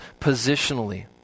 positionally